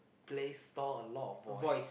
place store a lot of voice